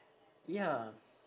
ya